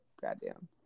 goddamn